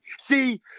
see